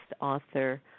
author